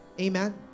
Amen